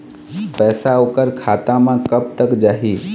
पैसा ओकर खाता म कब तक जाही?